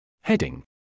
Heading